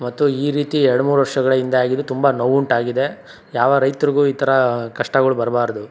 ಮತ್ತು ಈ ರೀತಿ ಎರಡು ಮೂರು ವರ್ಷಗಳ ಹಿಂದೆ ಆಗಿದ್ದು ತುಂಬ ನೋವುಂಟಾಗಿದೆ ಯಾವ ರೈತರಿಗು ಈ ಥರ ಕಷ್ಟಗಳ್ ಬರಬಾರ್ದು